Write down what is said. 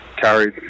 carried